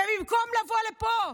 ובמקום לבוא לפה,